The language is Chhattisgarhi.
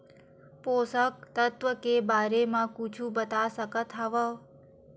पोषक तत्व के बारे मा कुछु बता सकत हवय?